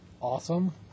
Awesome